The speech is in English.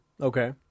Okay